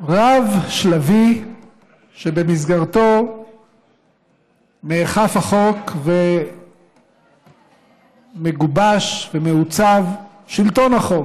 רב-שלבי שבמסגרתו נאכף החוק ומגובש ומעוצב שלטון החוק.